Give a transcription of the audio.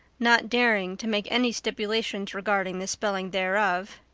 not daring to make any stipulations regarding the spelling thereof,